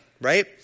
right